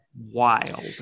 wild